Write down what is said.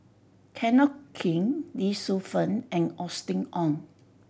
Kenneth Keng Lee Shu Fen and Austen Ong